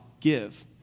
give